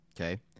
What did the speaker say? Okay